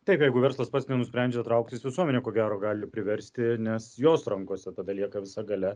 taip jeigu verslas pats nusprendžia trauktis visuomenė ko gero gali priversti nes jos rankose tada lieka visa galia